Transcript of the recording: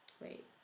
Wait